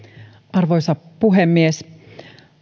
arvoisa puhemies